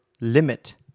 limit